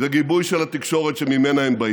וגיבוי של התקשורת שממנה הם באים,